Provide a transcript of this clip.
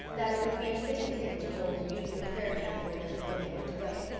that it would be a fitting thing to hold a union prayer-meeting for them before they went away.